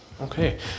Okay